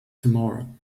tomorrow